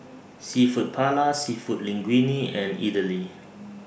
Seafood Paella Seafood Linguine and Idili